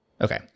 Okay